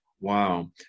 wow